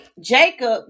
jacob